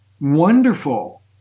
wonderful